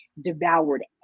devoured